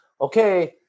okay